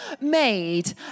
made